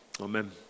Amen